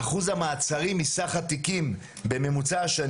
אחוז המעצרים מסך התיקים בממוצע השנים